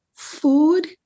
Food